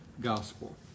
gospel